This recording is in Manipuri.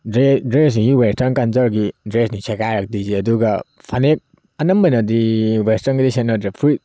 ꯗ꯭ꯔꯦꯁꯁꯤ ꯋꯦꯁꯇꯔꯟ ꯀꯜꯆꯔꯒꯤ ꯗ꯭ꯔꯦꯁꯅꯤ ꯁꯦꯠꯈꯥꯏꯔꯛꯇꯣꯏꯁꯦ ꯑꯗꯨꯒ ꯐꯅꯦꯛ ꯑꯟꯝꯕꯅꯗꯤ ꯋꯦꯁꯇꯔꯟꯒꯤꯗꯤ ꯁꯦꯠꯅꯗ꯭ꯔꯦ ꯐꯨꯔꯤꯠ